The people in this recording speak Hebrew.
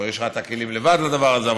או שיש לך את הכלים לבדוק לבד את הדבר הזה,